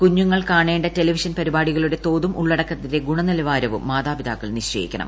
കുഞ്ഞുങ്ങൾ ക്ടാണേണ്ട ടെലിവിഷൻ പരിപാടികളുടെ തോതും ഉള്ളടക്കത്തിന്റെ ്നുണനിലവാരവും മാതാപിതാക്കൾ നിശ്ചയിക്കണം